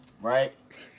Right